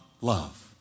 love